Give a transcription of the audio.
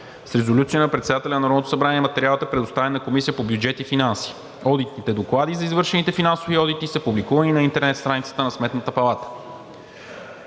С резолюция на председателя на Народното събрание материалът е предоставен на Комисията по бюджет и финанси. Одитните доклади за извършените финансови одити са публикувани на интернет страницата на Сметната палата.